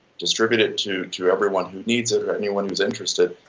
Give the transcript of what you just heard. distribute it to to everyone who needs it, or anyone who's interested.